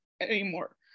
anymore